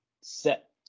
set